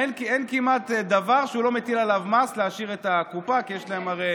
אין כמעט דבר שהוא לא מטיל עליו מס כדי להעשיר את הקופה,